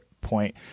point